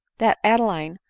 that adeline,